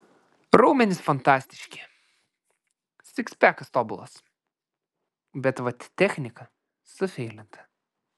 raumenys fantastiški sikspekas tobulas bet vat technika sufeilinta